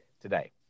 today